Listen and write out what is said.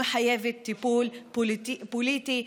ומחייבות טיפול פוליטי,